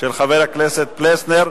של חבר הכנסת פלסנר,